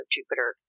Jupiter